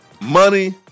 money